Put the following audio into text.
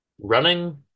running